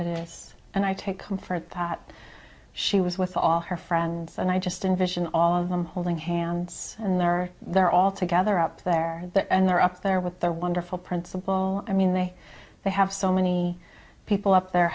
for this and i take comfort that she was with all her friends and i just invision all of them holding hands and they're they're all together up there and they're up there with their wonderful principal i mean they they have so many people up there